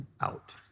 out